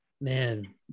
Man